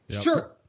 Sure